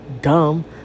dumb